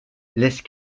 laisse